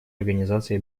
организации